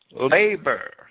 labor